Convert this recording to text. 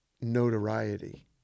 notoriety